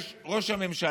יש ראש הממשלה,